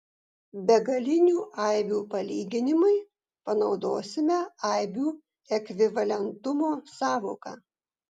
begalinių aibių palyginimui panaudosime aibių ekvivalentumo sąvoką